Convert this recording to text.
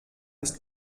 ist